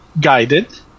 guided